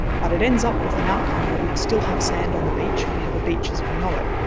but it ends up with an outcome where we still have sand on the beach and we have a beach as we know it.